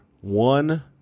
one